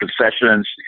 concessions